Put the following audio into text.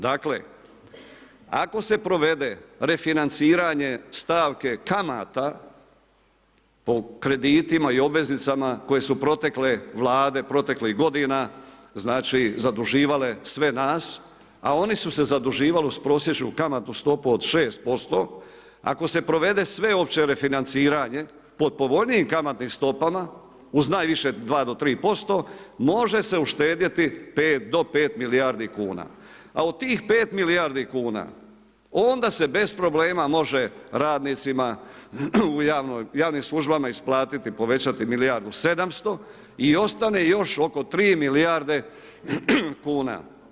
Dakle, ako se provede refinanciranje stavke kamate po kreditima i obveznicama koje su protekle vlade, proteklih godina znači zaduživale sve nas, a oni su se zaduživali uz prosječnu kamatnu stopu od 6%, ako se provede sveopće refinanciranje pod povoljnijim kamatnim stopama uz najviše 2 do 3% može se uštedjeti 5 do 5 milijardi kuna, a od tih 5 milijardi kuna onda se bez problema može radnicima u javnoj, javnim službama isplatiti povećati milijardu 700 i ostane još oko 3 milijarde kuna.